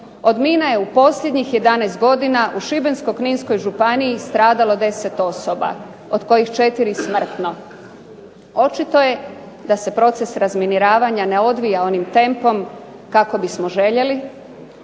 Od mina je u posljednjih 11 godina u Šibensko-kninskoj županiji stradalo 10 osoba, od kojih 4 smrtno. Očito je da se proces razminiravanja ne odvija onim tempom kako bismo željeli.